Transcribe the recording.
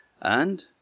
And